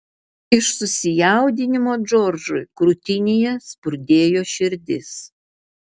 iš susijaudinimo džordžui krūtinėje spurdėjo širdis